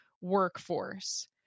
workforce